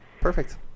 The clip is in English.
Perfect